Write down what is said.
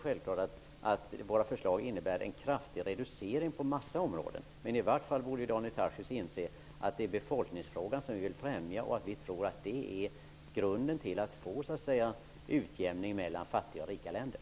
Självklart innebär våra förslag en kraftig reducering på en mängd områden. I varje fall borde Daniel Tarschys inse att det är befolkningsfrågan som vi vill främja. Vi tror att det är grunden när det gäller att få så att säga en utjämning mellan fattiga och rika länder.